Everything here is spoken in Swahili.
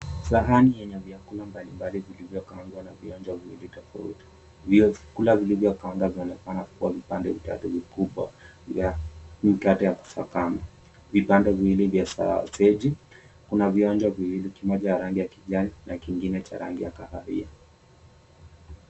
Sahani yenye vyakula mbalimbali vilivyokaangwa na vionjo viwili tofauti. Vyakula vilivyokaangwa vinaonekana kuwa vipande vitatu vikubwa vya mkate vya kusakama. Vipande viwili vya seti. Kuna viwanja viwili, kimoja ya rangi ya kijani na kingine cha rangi ya kahawia.